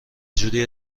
جوری